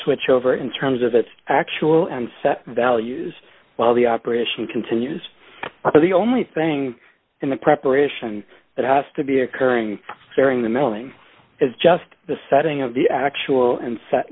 switchover in terms of its actual and set values while the operation continues are the only thing in the preparation that has to be occurring during the milling is just the setting of the actual